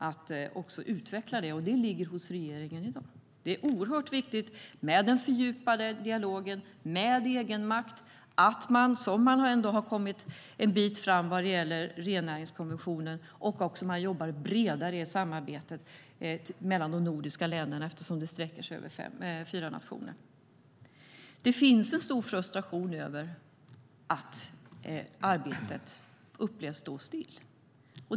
Den ligger hos regeringen i dag. Det är oerhört viktigt med den fördjupade dialogen och egenmakten. Man har ändå kommit en bit fram vad gäller Rennäringskommissionen, och man jobbar bredare i samarbetet mellan de nordiska länderna eftersom det sträcker sig över fyra nationer. Det finns en stor frustration över att arbetet upplevs stå still.